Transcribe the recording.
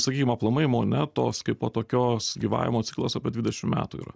sakykim aplamai monetos kaipo tokios gyvavimo ciklas apie dvidešim metų yra